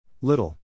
Little